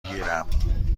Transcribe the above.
گیرم